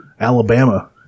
Alabama